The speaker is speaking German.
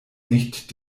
nicht